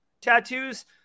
tattoos